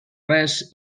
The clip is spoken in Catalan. res